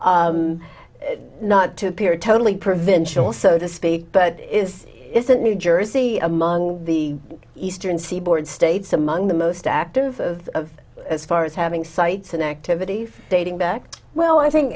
not to appear totally provincial so to speak but it is isn't new jersey among the eastern seaboard states among the most active of as far as having sites an activity dating back well i think